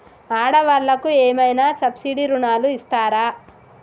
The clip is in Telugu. ఆడ వాళ్ళకు ఏమైనా సబ్సిడీ రుణాలు ఇస్తారా?